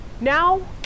Now